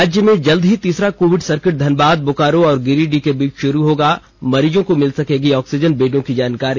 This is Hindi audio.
राज्य में जल्द ही तीसरा कोविड सर्किट धनबाद बोकारो और गिरिडीह के बीच शुरू होगा मरीजों को मिल सकेगी ऑक्सीजन बेडों की जानकारी